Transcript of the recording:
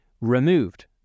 removed